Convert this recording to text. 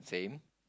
same